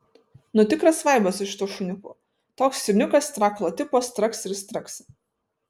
nu tikras vaibas su šituo šuniuku toks stirniukas strakalo tipo straksi ir straksi